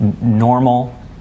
normal